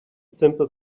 simple